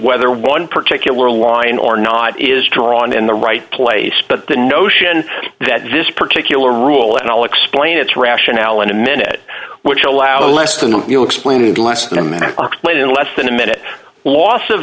whether one particular line or not is drawn in the right place but the notion that this particular rule and i'll explain it's rationale in a minute which allows a less than you explained less than a minute late in less than a minute loss of